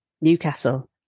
newcastle